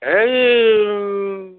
ହେଇ